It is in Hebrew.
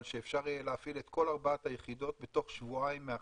אבל שאפשר יהיה להפעיל את כל ארבע היחידות תוך שבועיים מההחלטה,